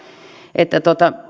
että